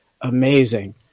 amazing